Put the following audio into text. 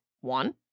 one